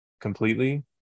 completely